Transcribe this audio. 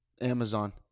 Amazon